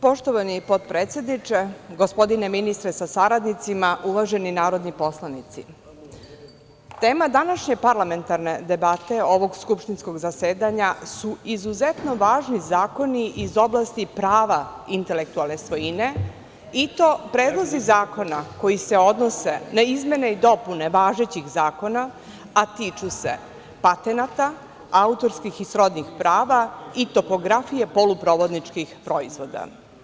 Poštovani potpredsedniče, gospodine ministre sa saradnicima, uvaženi narodni poslanici, tema današnje parlamentarne debate ovog skupštinskog zasedanja su izuzetno važni zakoni iz oblasti prava intelektualne svojine, i to predlozi zakona koji se odnose na izmene i dopune važećih zakona, a tiču se patenata, autorskih i srodnih prava i topografije poluprovodničkih proizvoda.